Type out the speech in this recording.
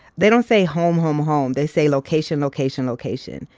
they don't say home, home, home. they say location, location, location.